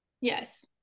yes